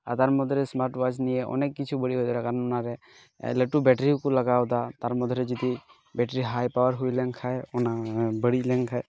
ᱟᱨ ᱛᱟᱨ ᱢᱚᱫᱽᱫᱷᱮᱨᱮ smart watch ᱱᱤᱭᱮ ᱚᱱᱮᱠ ᱠᱤᱪᱷᱩ ᱵᱟᱹᱲᱤᱡ ᱦᱩᱭ ᱫᱟᱲᱮᱭᱟᱜᱼᱟ ᱠᱟᱨᱚᱱ ᱚᱱᱟᱨᱮ ᱞᱟᱹᱴᱩ ᱵᱮᱴᱟᱨᱤᱦᱚᱸ ᱠᱚ ᱞᱟᱜᱟᱣᱮᱫᱟ ᱛᱟᱨ ᱢᱚᱫᱽᱫᱷᱮᱨᱮ ᱡᱩᱫᱤ ᱵᱮᱴᱟᱨᱤ ᱦᱟᱭ ᱯᱟᱣᱟᱨ ᱦᱩᱭᱞᱮᱱ ᱠᱷᱟᱡ ᱚᱱᱟ ᱵᱟᱹᱲᱤᱡᱞᱮ ᱠᱷᱟᱡ